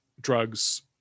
drugs